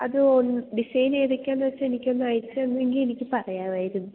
അത് ഒന്ന് ഡിസൈൻ ഏതൊക്കെയാണെന്നു വെച്ചാൽ എനിക്കൊന്ന് അയച്ചു തന്നെങ്കിൽ എനിക്ക് പറയാമായിരുന്നു